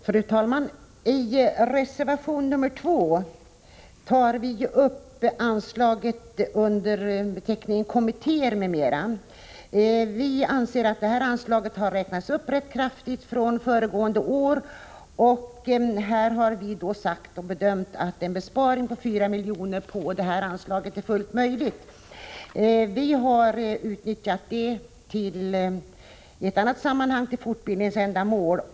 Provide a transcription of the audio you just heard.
Fru talman! I reservation nr 2 tar utskottets centerledamöter upp anslaget under beteckningen Kommittéer m.m. Vi anser att detta anslag har räknats upp rätt kraftigt från föregående år och har bedömt att en besparing på 4 milj.kr. är fullt möjlig på det anslaget. Vi vill i stället utnyttja dessa pengar för fortbildningsändamål.